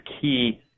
key